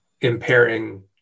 impairing